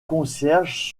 concierges